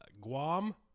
Guam